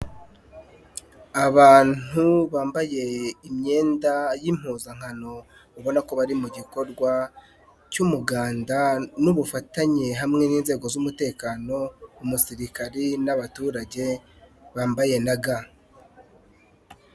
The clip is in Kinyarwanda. Abantu bambaye imyenda y'impuzankano ubona ko bari mu gikorwa cy'umuganda ,n'ubufatanye hamwe n'inzego z'umutekano ,umusirikari n'abaturage bambaye na ga.